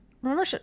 Remember